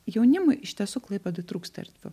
jaunimui iš tiesų klaipėdoj trūksta erdvių